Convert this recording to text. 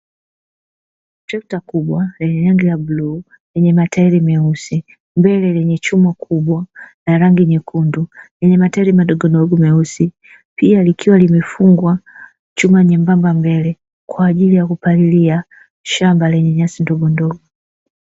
Trekta kubwa lenye rangi na bluu yenye matairi meusi, mbele lenye chuma kubwa na rangi nyekundu yenye matairi madogodogo meusi, pia likiwa limefungwa chuma nyembamba mbele kwa ajili ya kupalilia shamba lenye nyasi ndogondogo.